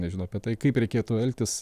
nežino apie tai kaip reikėtų elgtis